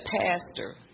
pastor